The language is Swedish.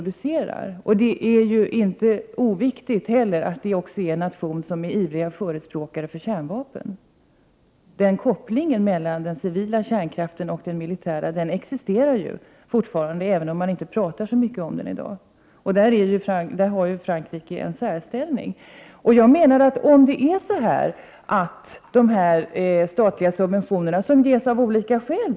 Det är inte oviktigt i detta sammanhang att Frankrike är en nation som ivrigt förespråkar kärnvapen. Kopplingen mellan den civila och den militära kärnkraften existerar ju fortfarande, även om man inte talar så mycket om den i dag. Där intar Frankrikte en särställning. Jag tror också att dessa statliga subventioner ges av olika skäl.